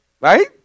Right